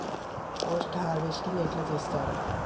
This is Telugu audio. పోస్ట్ హార్వెస్టింగ్ ఎట్ల చేత్తరు?